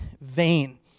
vain